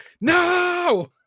no